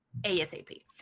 ASAP